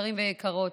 יקרים ויקרות,